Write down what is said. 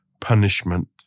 punishment